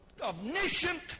omniscient